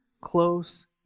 close